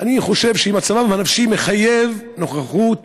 אני חושב שמצבם הנפשי מחייב נוכחות